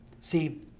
See